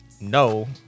no